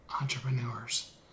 entrepreneurs